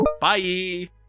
Bye